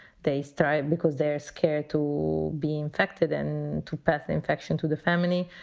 they start because they're scared to be infected and to pass the infection to the family.